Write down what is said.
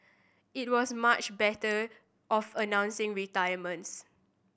it was much better of announcing retirements